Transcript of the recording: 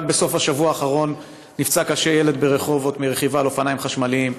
רק בסוף השבוע האחרון נפצע קשה ילד ברחובות מרכיבה על אופניים חשמליים.